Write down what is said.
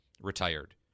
retired